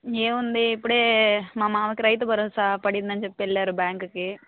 ఏముంది ఇప్పుడే మా మామకి రైతు భరోసా పడింది అని చెప్పి వెళ్ళారు బ్యాంకుకి